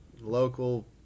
Local